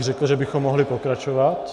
Řekl bych, že bychom mohli pokračovat.